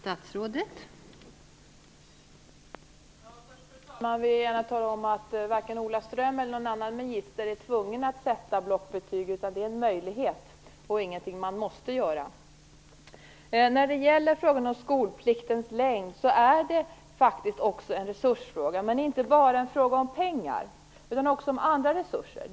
Fru talman! Först vill jag gärna tala om att varken Ola Ström eller någon annan magister är tvungen att sätta blockbetyg. Det är en möjlighet och ingenting man måste göra. Skolpliktens längd är faktiskt också en resursfråga, men inte bara en fråga om pengar utan också en fråga om andra resurser.